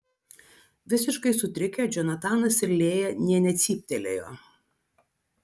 visiškai sutrikę džonatanas ir lėja nė necyptelėjo